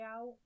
out